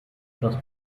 fast